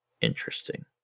interesting